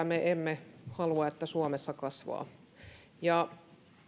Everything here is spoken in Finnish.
me emme halua suomessa kasvavan ja